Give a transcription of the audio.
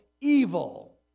evil